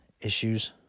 issues